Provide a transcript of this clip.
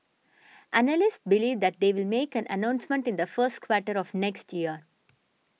analysts believe that they will make an announcement in the first quarter of next year